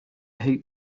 hate